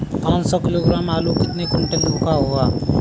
पाँच सौ किलोग्राम आलू कितने क्विंटल होगा?